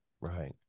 right